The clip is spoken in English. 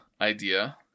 idea